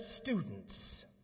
students